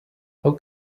how